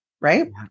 right